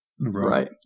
Right